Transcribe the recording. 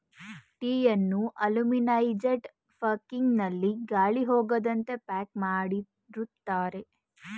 ಟೀಯನ್ನು aluminized packing ನಲ್ಲಿ ಗಾಳಿ ಹೋಗದಂತೆ ಪ್ಯಾಕ್ ಮಾಡಿರುತ್ತಾರೆ